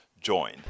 join